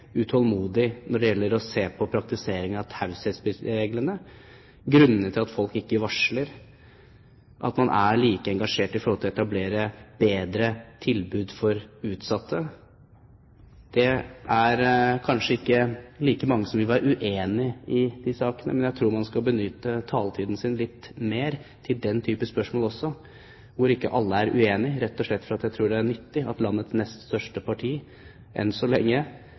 utålmodig når det gjelder å se på praktiseringen av taushetspliktreglene, grunnene til at folk ikke varsler, og at man er like engasjert med hensyn til å etablere bedre tilbud for utsatte. Det er kanskje ikke like mange som vil være uenige i de sakene. Men jeg tror man skal benytte taletiden sin litt mer til den typen spørsmål, hvor ikke alle er uenige, rett og slett fordi jeg tror det er nyttig at landets nest største parti – enn så lenge